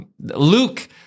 Luke